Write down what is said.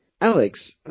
Alex